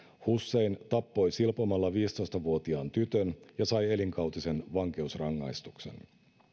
hussein tappoi silpomalla viisitoista vuotiaan tytön ja sai elinkautisen vankeusrangaistuksen